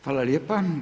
Hvala lijepa.